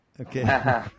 Okay